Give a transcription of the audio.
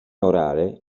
orale